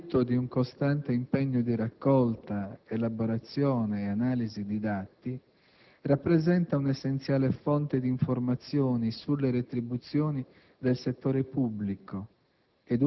frutto di un costante impegno di raccolta, elaborazione e analisi di dati - rappresenta una essenziale fonte di informazioni sulle retribuzioni del settore pubblico